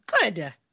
Good